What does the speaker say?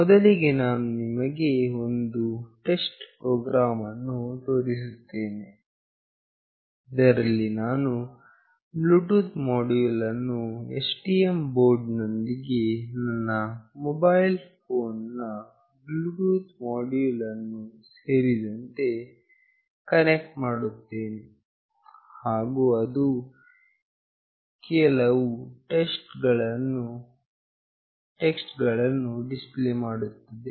ಮೊದಲಿಗೆ ನಾನು ನಿಮಗೆ ಒಂದು ಟೆಸ್ಟ್ ಪ್ರೊಗ್ರಾಮ್ ಅನ್ನು ತೋರಿಸುತ್ತೇನೆ ಇದರಲ್ಲಿ ನಾನು ಬ್ಲೂಟೂತ್ ಮೋಡ್ಯುಲ್ ಅನ್ನು STM ಬೋರ್ಡ್ ನೊಂದಿಗೆ ನನ್ನ ಮೊಬೈಲ್ ಫೋನ್ ನ ಬ್ಲೂಟೂತ್ ಮೋಡ್ಯುಲ್ ಅನ್ನು ಸೇರಿದಂತೆ ಕನೆಕ್ಟ್ ಮಾಡುತ್ತೇನೆ ಹಾಗು ಅದು ಕೆಲವು ಟೆಕ್ಸ್ಟ್ ಗಳನ್ನು ಡಿಸ್ಪ್ಲೇ ಮಾಡುತ್ತದೆ